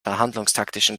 verhandlungstaktischen